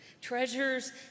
Treasures